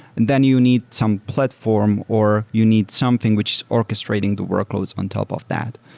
then you need some platform or you need something which is orchestrating the workloads on top of that.